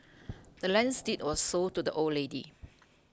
the land's deed was sold to the old lady